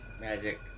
magic